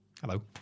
Hello